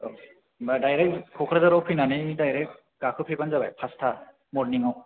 औ होनबा दायरेक क'कराझाराव फैनानै दायरेक गाखो फैबानो जाबाय फास्था मरनिङाव